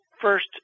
first